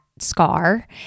Scar